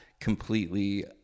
completely